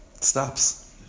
stops